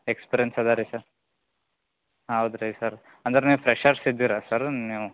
experience ಅದ ರೀ sir ಹಾಂ ಹೌದು ರೀ ಸರ್ ಅಂದ್ರೆ ನೀವು ಫ್ರೆಷೆರ್ಸ್ ಇದ್ದೀರಾ ಸರ್ ನೀವು